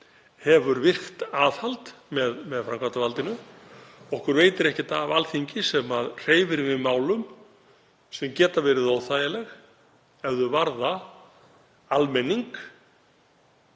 hefur virkt aðhald með framkvæmdarvaldinu. Okkur veitir ekkert af Alþingi sem hreyfir við málum sem geta verið óþægileg ef þau varða almenning